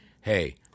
hey